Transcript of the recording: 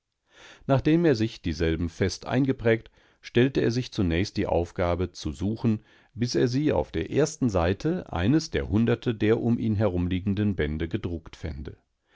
nachdem er sich dieselben fest eingeprägt stellte er sich zunächst die aufgabe zu suchen bis er sie auf der ersten seite eines der hunderte der um ihn herumliegenden bändegedrucktfände